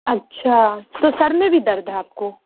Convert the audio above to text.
اچھا تو سر میں بھی درد ہے آپ کو